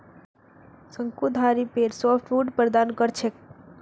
शंकुधारी पेड़ सॉफ्टवुड प्रदान कर छेक